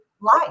life